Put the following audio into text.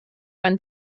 einen